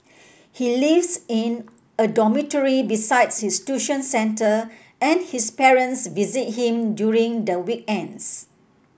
he lives in a dormitory besides his tuition centre and his parents visit him during the weekends